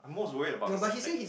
I'm most worried about the syntax